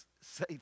say